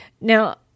Now